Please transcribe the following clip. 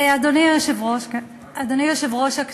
אדוני יושב-ראש הכנסת,